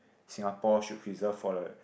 Singapore should preserve for the